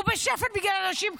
הוא בשפל בגלל אנשים כמוך.